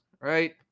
right